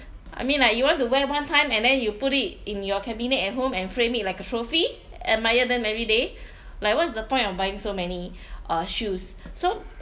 I mean like you want to wear one time and then you put it in your cabinet at home and frame it like a trophy admire them every day like what's the point of buying so many uh shoes so